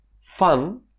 fun